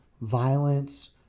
violence